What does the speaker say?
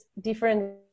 different